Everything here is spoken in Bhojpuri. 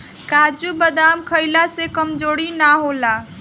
काजू बदाम खइला से कमज़ोरी ना होला